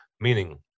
meaning